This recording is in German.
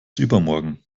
übermorgen